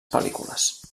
pel·lícules